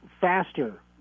faster